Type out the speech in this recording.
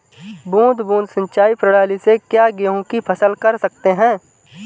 बूंद बूंद सिंचाई प्रणाली से क्या गेहूँ की फसल कर सकते हैं?